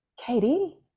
Katie